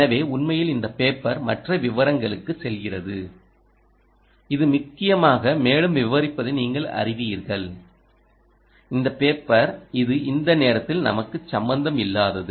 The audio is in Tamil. எனவே உண்மையில் இந்த பேப்பர் மற்ற விவரங்களுக்கு செல்கிறது இது முக்கியமாக மேலும் விவரிப்பதை நீங்கள் அறிவீர்கள் இந்த பேப்பர் இது இந்த நேரத்தில் நமக்கு சம்பந்தமில்லாதது